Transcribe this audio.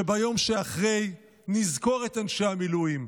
שביום שאחרי נזכור את אנשי המילואים,